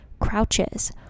crouches